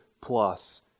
plus